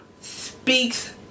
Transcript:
speaks